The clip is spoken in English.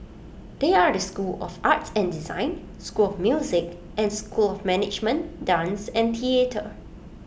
they are the school of art and design school of music and school of management dance and theatre